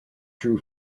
true